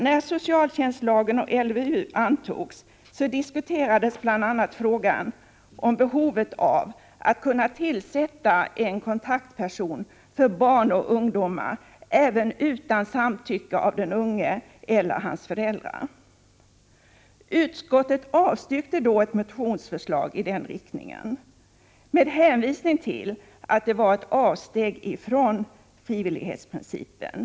När socialtjänstlagen och LVU antogs diskuterades bl.a. frågan om behovet av att kunna tillsätta en kontaktperson för barn och ungdomar även utan samtycke av den unge eller hans föräldrar. Utskottet avstyrkte då ett motionsförslag i den riktningen, med hänvisning till att det var ett avsteg från frivillighetsprincipen.